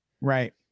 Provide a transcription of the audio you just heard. Right